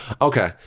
Okay